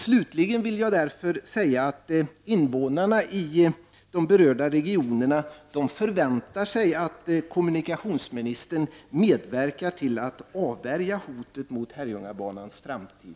Slutligen förväntar sig innevånarna i de berörda regionerna att kommunikationsministern medverkar till att avvärja hotet mot Herrljungabanans framtid.